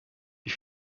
wie